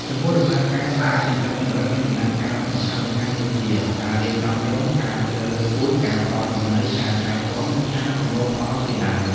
ចំពោះដំណើរការនៃការចិញ្ចឹមចង្រិតមានដំណាក់កាលសំខាន់ៗដូចជា ការរៀបចំទ្រុង ការជ្រើសរើសពូជ ការផ្តល់ចំណី ការថែទាំ និងការប្រមូលផលជាដើម។